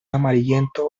amarillento